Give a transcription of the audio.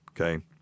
Okay